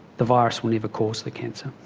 the virus will never cause the cancer.